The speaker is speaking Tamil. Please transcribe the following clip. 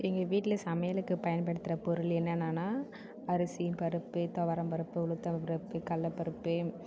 எங்கள் வீட்டில் சமையலுக்கு பயன்படுத்துகிற பொருள் என்னென்னனால் அரிசி பருப்பு துவரம்பருப்பு உளுத்தம்பருப்பு கடலைபருப்பு